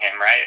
right